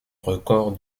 record